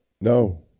no